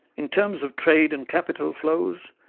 in terms of trade and capital flows,